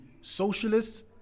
socialists